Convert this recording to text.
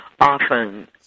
often